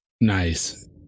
Nice